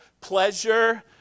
pleasure